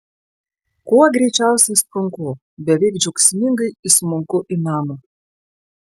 kuo greičiausiai sprunku beveik džiaugsmingai įsmunku į namą